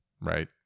right